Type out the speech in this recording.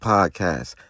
Podcast